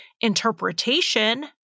interpretation